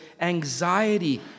anxiety